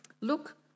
Look